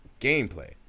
gameplay